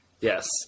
Yes